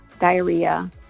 diarrhea